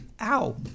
Ow